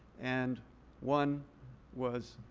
and one was